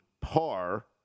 par